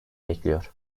bekliyor